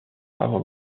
avant